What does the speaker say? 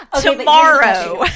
tomorrow